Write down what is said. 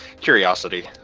curiosity